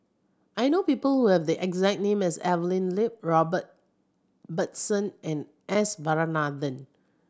I know people who have the exact name as Evelyn Lip Robert Ibbetson and S Varathan